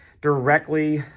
directly